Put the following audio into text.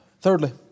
Thirdly